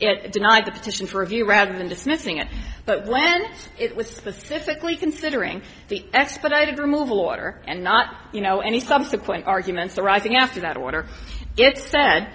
it denied the petition for review rather than dismissing it but when it was specifically considering the expedited removal order and not you know any subsequent arguments arising after that order it said